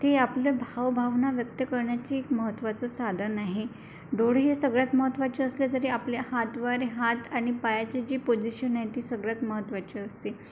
ते आपलं भावभावना व्यक्त करण्याची एक महत्वाचं साधन आहे डोळे हे सगळ्यात महत्त्वाचे असले तरी आपल्या हातवारे हात आणि पायाची जी पोझिशन आहे ती सगळ्यात महत्त्वाची असते